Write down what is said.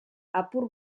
apur